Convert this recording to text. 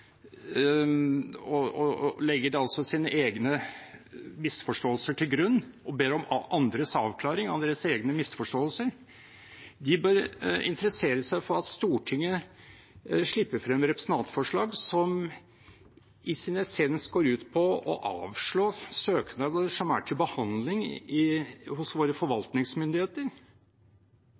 legger sine egne misforståelser til grunn og ber om andres avklaring av sine egne misforståelser, bør interessere seg for at Stortinget slipper frem representantforslag som i sin essens går ut på å avslå søknader som er til behandling hos våre forvaltningsmyndigheter.